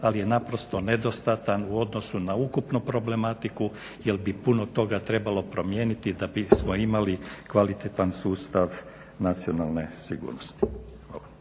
ali je naprosto nedostatan u odnosu na ukupnu problematiku jer bi puno toga trebalo pomijeniti da bismo imali kvalitan sustav nacionalne sigurnosti.